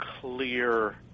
clear